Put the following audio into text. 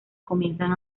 comienzan